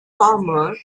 farmer